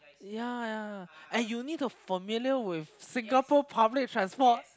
ya ya ya and you need to familiar with Singapore public transport